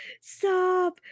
Stop